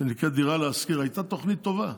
שנקראת "דירה להשכיר" הייתה תוכנית טובה,